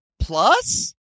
Plus